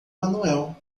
manuel